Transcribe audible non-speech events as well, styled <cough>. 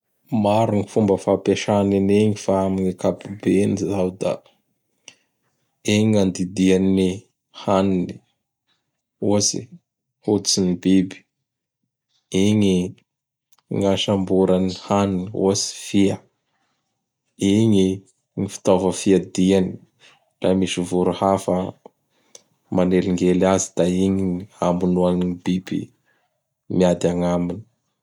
<noise> Maro fny fomba fampiasany aniny fa amin'ny ankabopeny izao da <noise> igny gny andidiany ny haniny, ohatsy: hoditsy ny biby. Igny gn' asamborany ny haniny ohatsy: Fia. Igny gn fitaova fiadiany; laha misy voro hafa manelingely azy da igny n amonoany ny biby miady agnaminy.